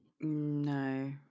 No